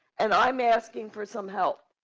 and i'm asking for some help,